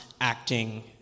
acting